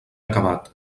acabat